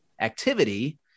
activity